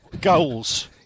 Goals